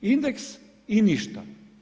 Indeks i ništa.